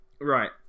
Right